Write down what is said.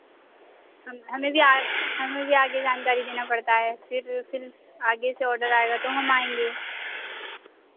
हमें भी आग हमें भी आगे जानकारी देना पड़ता है फिर फिर आगे से ऑर्डर आएगा तो हम आएंगे